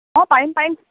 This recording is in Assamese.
অঁ পাৰিম পাৰিম